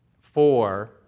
four